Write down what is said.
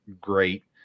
great